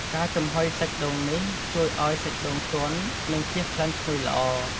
ការចំហុយសាច់ដូងនេះ ជួយឱ្យសាច់ដូងទន់ និងជះក្លិនឈ្ងុយល្អ។